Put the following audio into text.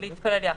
לא.